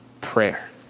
prayer